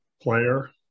player